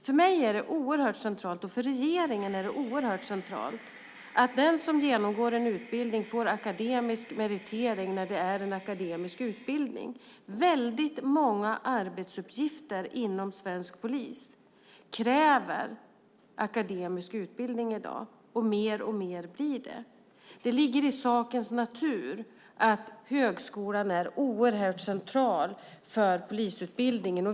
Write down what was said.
För mig och för regeringen är det oerhört centralt att den som genomgår en utbildning får akademisk meritering när det är en akademisk utbildning. Väldigt många arbetsuppgifter inom svensk polis kräver akademisk utbildning i dag, och fler och fler blir det. Det ligger i sakens natur att högskolan är oerhört central för polisutbildningen.